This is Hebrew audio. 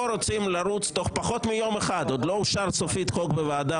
פה רוצים לרוץ תוך פחות מיום אחד עוד לפני שהחוק אושר סופית בוועדה,